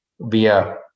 via